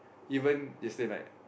even yesterday night